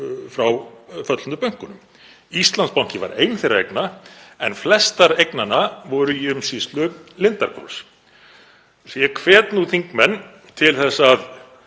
frá föllnu bönkunum. Íslandsbanki var ein þeirra eigna en flestar eignanna voru í umsýslu Lindarhvols. Ég hvet þingmenn til þess að